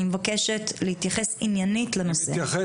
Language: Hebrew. אני מבקשת להתייחס עניינית לנושא.